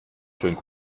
schönen